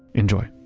enjoy